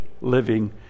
living